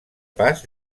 pas